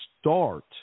start